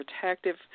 protective